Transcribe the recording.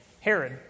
Herod